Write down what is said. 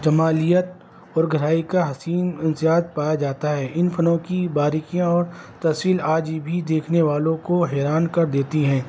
جمالیت اور گہرائی کا حسین انسیت پایا جاتا ہے ان فنوں کی باریکیاں اور تحصیل آج بھی دیکھنے والوں کو حیران کر دیتی ہیں